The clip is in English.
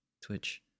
Twitch